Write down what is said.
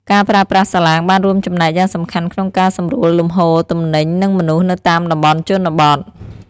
ការប្រើប្រាស់សាឡាងបានរួមចំណែកយ៉ាងសំខាន់ក្នុងការសម្រួលលំហូរទំនិញនិងមនុស្សនៅតាមតំបន់ជនបទ។